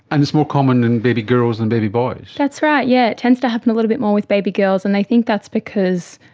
and it's more common in baby girls than baby boys? that's right, yes, it tends to happen a little bit more with baby girls and they think that's because,